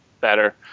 better